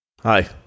Hi